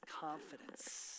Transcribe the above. confidence